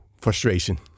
frustration